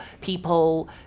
people